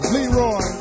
Leroy